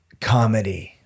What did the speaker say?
comedy